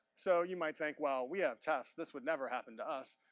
so, you might think, well, we have tests. this would never happen to us.